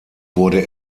wurde